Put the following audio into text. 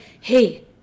hey